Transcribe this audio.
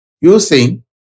using